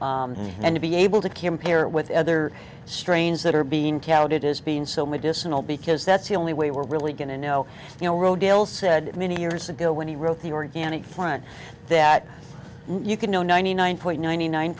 and to be able to compare with other strains that are being counted as being so medicinal because that's the only way we're really going to know you know rodale said many years ago when he wrote the organic plant that you can know ninety nine point nine